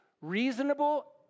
reasonable